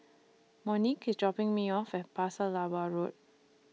Monique IS dropping Me off At Pasir Laba Road